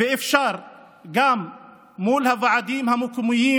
ואפשר לשבת גם מול הוועדים המקומיים